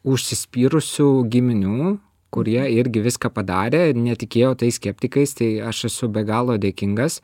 užsispyrusių giminių kurie irgi viską padarė ir netikėjo tais skeptikais tai aš esu be galo dėkingas